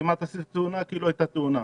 "כמעט עשית תאונה הייתה תאונה".